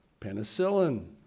Penicillin